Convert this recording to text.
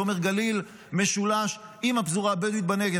זה אומר בגליל, במשולש, עם הפזורה הבדואית בנגב.